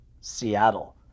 Seattle